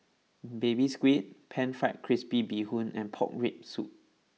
Baby Squid Pan Fried Crispy Bee Hoon and Pork Rib Soup